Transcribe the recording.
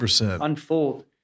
unfold